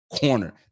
corner